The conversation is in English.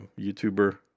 YouTuber